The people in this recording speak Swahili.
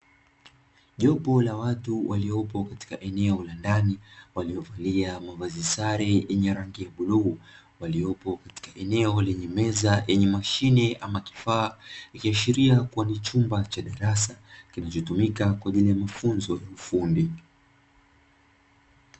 Jopo la watu waliopo katika eneo la ndani waliovalia mavazi sare yenye rangi ya bluu, waliopo katika eneo lenye meza yenye mashine ama kifaa, ikiashiria kuwa ni chumba cha darasa kinachotumika kwa ajili ya mafunzo ya ufundi.